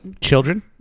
Children